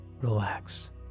relax